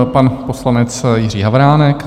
Pan poslanec Jiří Havránek.